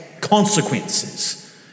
consequences